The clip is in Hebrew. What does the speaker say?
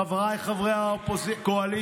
חבריי חברי הקואליציה,